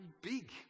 big